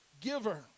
giver